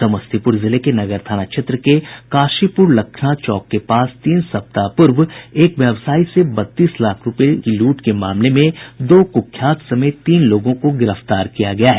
समस्तीपुर जिले के नगर थाना क्षेत्र में काशीपुर लखना चौक के पास तीन सप्ताह पूर्व एक व्यवसायी से बत्तीस लाख रुपये की लूट के मामले में दो कुख्यात समेत तीन लोगों को गिरफ्तार किया गया है